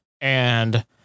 and-